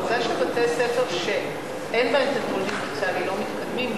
העובדה שבתי-ספר שאין בהם תגמול דיפרנציאלי לא מתקדמים,